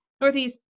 northeast